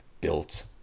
built